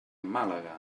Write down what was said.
màlaga